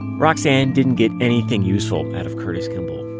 roxane didn't get anything useful out of curtis kimball.